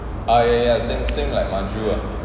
ah ya ya same same like maju lah